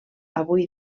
avui